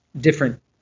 different